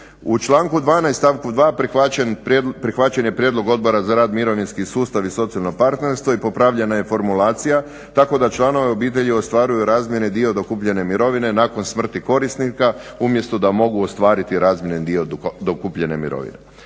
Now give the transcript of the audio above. U članku 12. stavku 2. prihvaćen je prijedlog Odbora za rad, mirovinski sustav i socijalno partnerstvo i popravljena je formulacija tako da članovi obitelji ostvaruju razmjerni dio dokupljene mirovine nakon smrti korisnika umjesto da mogu ostvariti razmjeran dio dokupljene mirovine.